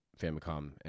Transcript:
Famicom